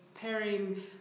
pairing